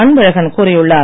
அன்பழகன் கூறியுள்ளார்